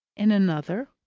in another,